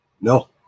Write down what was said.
No